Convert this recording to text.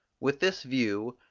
with this view,